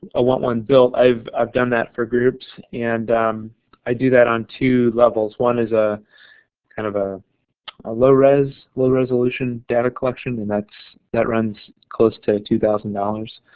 ah want one built i've i've done that for groups, and i do that on two levels. one is a kind of a ah low res, low resolution data collection and that runs close to two thousand dollars,